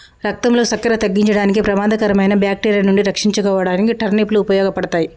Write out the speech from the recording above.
రక్తంలో సక్కెర తగ్గించడానికి, ప్రమాదకరమైన బాక్టీరియా నుండి రక్షించుకోడానికి టర్నిప్ లు ఉపయోగపడతాయి